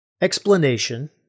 explanation